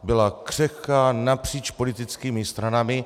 Byla křehká napříč politickými stranami.